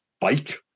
bike